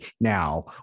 now